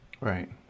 Right